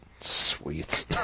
sweet